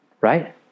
Right